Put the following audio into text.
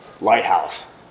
lighthouse